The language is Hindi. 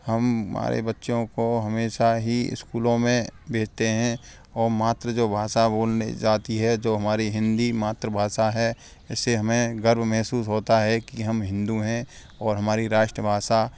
हम हमारे बच्चों को हमेशा ही स्कूलों में भेजते हैं और मात्र जो भाषा बोलने जाती है जो हमारे हिंदी मातृभाषा है इससे हमें गर्व महसूस होता है की हम हिन्दू हैं और हमारी राष्ट्रभासा